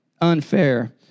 unfair